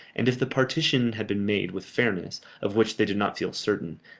and if the partition had been made with fairness, of which they did not feel certain,